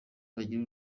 bagira